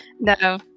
no